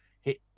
hit